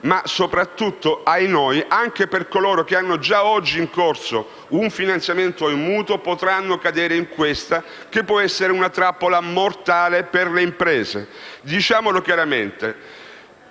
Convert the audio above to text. Ma soprattutto - ahinoi - anche coloro che hanno già in corso un finanziamento e un mutuo potranno cadere in questa che può essere una trappola mortale per le imprese. Diciamolo chiaramente: